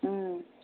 उम